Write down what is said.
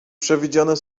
przewidziane